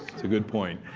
a good point.